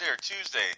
Tuesday